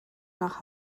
nach